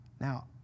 Now